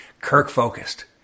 Kirk-focused